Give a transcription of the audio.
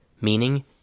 Meaning